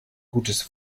gutes